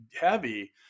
heavy